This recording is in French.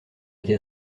été